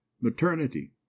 maternity